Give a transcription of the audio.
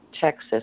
Texas